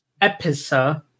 episode